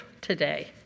today